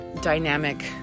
dynamic